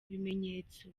ibimenyetso